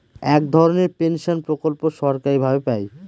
এক ধরনের পেনশন প্রকল্প সরকারি ভাবে পাই